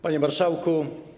Panie Marszałku!